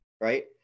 right